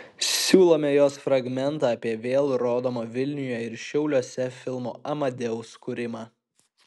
siūlome jos fragmentą apie vėl rodomo vilniuje ir šiauliuose filmo amadeus kūrimą